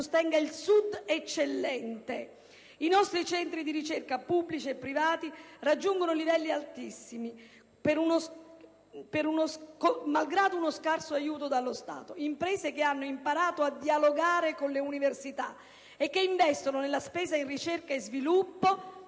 tecnologie. Un progetto che sostenga il Sud eccellente. I nostri centri di ricerca, pubblici e privati, raggiungono livelli altissimi, malgrado lo scarso aiuto da parte dello Stato. Vi sono imprese che hanno imparato a dialogare con le università e che investono nella spesa in ricerca e sviluppo,